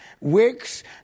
weeks